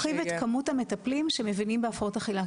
להרחיב את כמות המטפלים שמבינים בהפרעות אכילה,